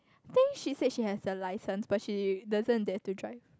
I think she said she has the license but she doesn't dare to drive